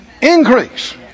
increase